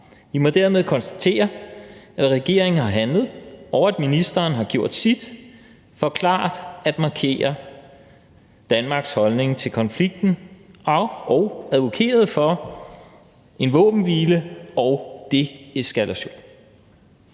Vi må dermed konstatere, at regeringen har handlet, og at ministeren har gjort sit for klart at markere Danmarks holdning til konflikten og advokeret for en våbenhvile og deeskalation.